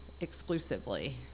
exclusively